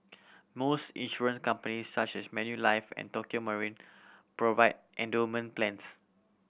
most insurance companies such as Manulife and Tokio Marine provide endowment plans